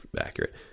accurate